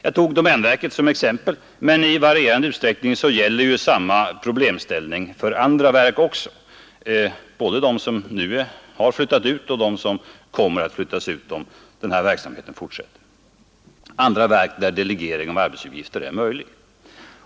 Jag tog domänverket som exempel, men i varierande utsträckning gäller samma problemställning också för andra verk — både dem som nu har flyttat ut och dem som kommer att flyttas ut om den här verksamheten fortsätter — där en delegering av arbetsuppgifter är möjlig.